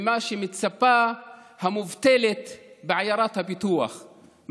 ממה שמצפה המובטלת בעיירת הפיתוח,